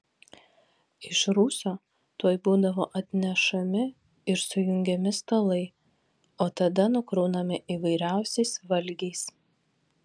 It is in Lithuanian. iš rūsio tuoj būdavo atnešami ir sujungiami stalai o tada nukraunami įvairiausiais valgiais